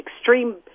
extreme